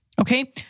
okay